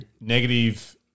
negative